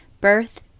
birth